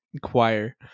choir